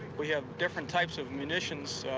we have different types of munitions,